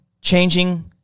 changing